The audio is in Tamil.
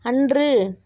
அன்று